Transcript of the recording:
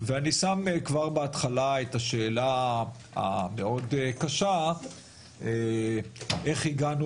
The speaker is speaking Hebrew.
ואני שם כבר בהתחלה את השאלה המאד קשה איך הגענו